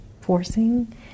forcing